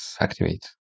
activate